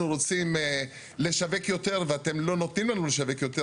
רוצים לשווק יותר ואתם לא נותנים לנו לשווק יותר,